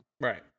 right